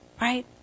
Right